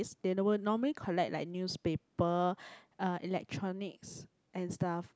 it's they will normal normally collect like newspaper uh electronics and stuff